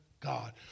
God